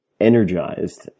energized